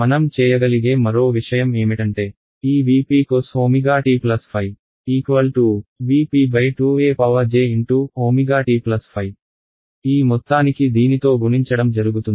మనం చేయగలిగే మరో విషయం ఏమిటంటే ఈ V p cos ω t ϕ V p 2 ej ω t ϕ ఈ మొత్తానికి దీనితో గుణించడం జరుగుతుంది